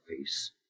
face